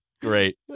Great